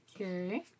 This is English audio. Okay